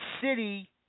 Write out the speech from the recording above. city